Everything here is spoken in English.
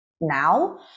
now